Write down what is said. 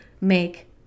make